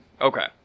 Okay